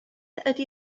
ydy